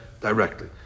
directly